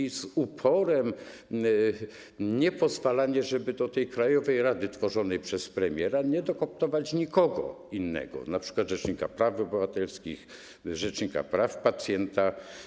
I z uporem nie pozwalacie, żeby do tej krajowej rady tworzonej przez premiera dokooptować kogoś innego, np. rzecznika praw obywatelskich czy rzecznika praw pacjenta.